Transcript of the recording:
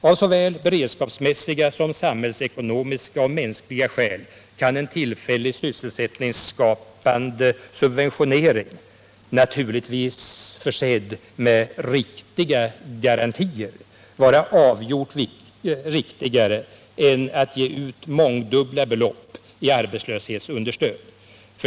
Av såväl beredskapsmässiga som samhällsekonomiska och mänskliga skäl kan en tillfällig sysselsättningsskapande subventionering, naturligtvis tillsammans med riktiga garantier, vara avgjort viktigare än att ge ut mångdubbla belopp i arbetslöshetsunderstöd.